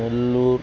Nellore